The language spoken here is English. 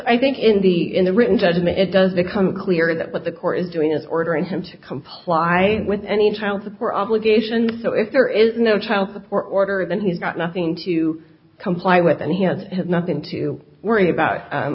i think in the in the written judgment it does become clear that what the court is doing is ordering him to comply with any child support obligations so if there is no child support order then he's got nothing to comply with any and has nothing to worry about